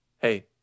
Hey